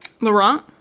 Laurent